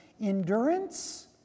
endurance